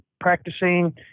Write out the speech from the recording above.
practicing